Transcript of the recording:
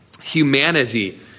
humanity